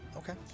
Okay